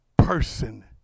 person